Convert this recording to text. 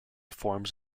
forms